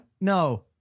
No